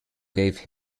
gave